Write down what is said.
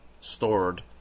Stored